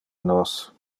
nos